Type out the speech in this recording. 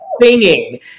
singing